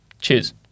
Cheers